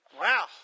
Wow